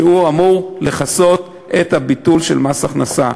שאמור לכסות את הביטול של מס הכנסה.